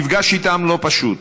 המפגש איתם לא פשוט,